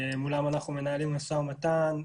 מולם אנחנו מנהלים משא ומתן,